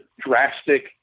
drastic